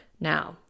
Now